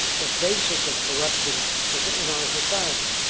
the bases of corruption is ah in our society.